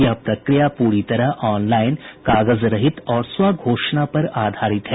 यह प्रक्रिया पूरी तरह ऑनलाइन कागज रहित और स्व घोषणा पर आधारित है